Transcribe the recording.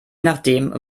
nachdem